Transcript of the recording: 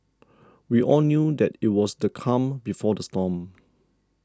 we all knew that it was the calm before the storm